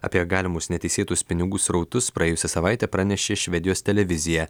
apie galimus neteisėtus pinigų srautus praėjusią savaitę pranešė švedijos televizija